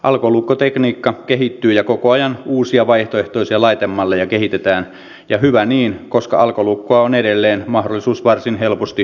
alkolukkotekniikka kehittyy ja koko ajan uusia vaihtoehtoisia laitemalleja kehitetään ja hyvä niin koska alkolukkoa on edelleen mahdollista varsin helposti huijata